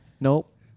Nope